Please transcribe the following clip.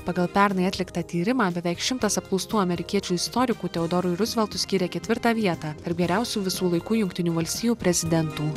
pagal pernai atliktą tyrimą beveik šimtas apklaustų amerikiečių istorikų teodorui ruzveltui skyrė ketvirtą vietą tarp geriausių visų laikų jungtinių valstijų prezidentų